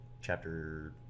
chapter